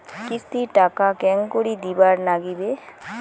কিস্তির টাকা কেঙ্গকরি দিবার নাগীবে?